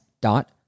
dot